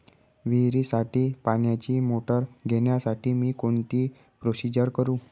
विहिरीसाठी पाण्याची मोटर घेण्यासाठी मी कोणती प्रोसिजर करु?